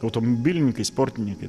automobilininkai sportininkai